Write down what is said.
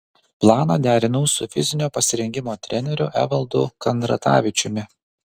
planą derinau su fizinio pasirengimo treneriu evaldu kandratavičiumi